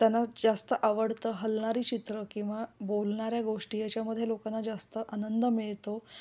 त्यांना जास्त आवडतं हलणारी चित्र किंवा बोलणाऱ्या गोष्टी याच्यामध्ये लोकांना जास्त आनंद मिळतो